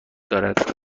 دارد